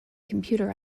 computer